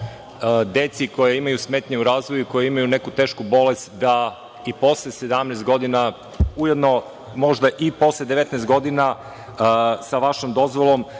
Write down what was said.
deci koja imaju smetnje u razvoju i koju imaju neku tešku bolest, da i posle 17 godina, ujedno možda i posle 19 godina sa vašom dozvolom,